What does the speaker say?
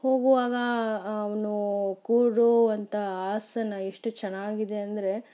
ಹೋಗುವಾಗ ಅವನು ಕೂರುವಂತ ಆಸನ ಎಷ್ಟು ಚೆನ್ನಾಗಿದೆ ಅಂದರೆ